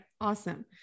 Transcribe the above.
awesome